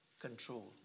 control